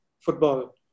football